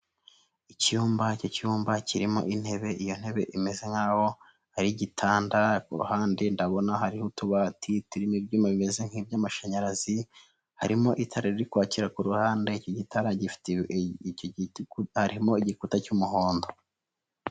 Icyumba, icyo cyumba kirimo intebe, iyo ntebe imeze nk'aho ari igitanda, kuhande ndabona hariho utubati turimo ibyuma bimeze nk'iby'amashanyarazi, harimo itara riri kwakira ku ruhande, icyo gitara gifite, arimo igikuta cy'umuhondo.